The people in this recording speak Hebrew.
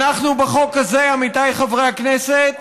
בחוק הזה, עמיתיי חברי הכנסת,